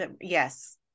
Yes